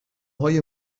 های